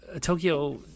Tokyo